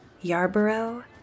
Yarborough